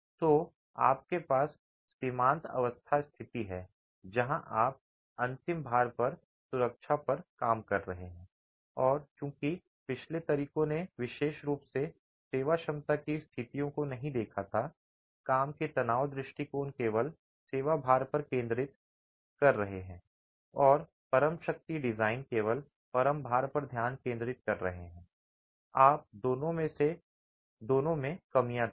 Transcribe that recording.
तो आपके पास सीमांत अवस्था स्थिति है जहां आप अंतिम भार पर सुरक्षा पर काम कर रहे हैं और चूंकि पिछले तरीकों ने विशेष रूप से सेवाक्षमता की स्थितियों को नहीं देखा था काम के तनाव दृष्टिकोण केवल सेवा भार पर ध्यान केंद्रित कर रहे हैं और परम शक्ति डिजाइन केवल परम भार पर ध्यान केंद्रित कर रहे हैं आप दोनों में कमियां थीं